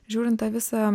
žiūrint tą visą